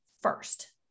first